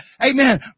Amen